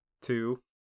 Two